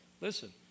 listen